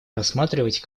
рассматривать